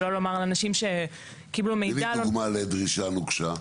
שלא לומר על אנשים ש --- תני לי דוגמה לדרישה נוקשה.